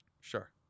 Sure